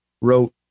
wrote